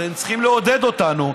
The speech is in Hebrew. אתם צריכים לעודד אותנו,